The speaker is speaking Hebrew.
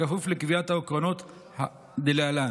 בכפוף לקביעת העקרונות דלהלן: